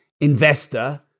investor